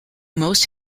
most